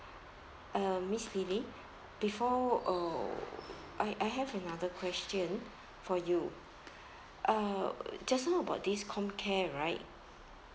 uh miss lily before uh I I have another question for you uh just know about this comcare right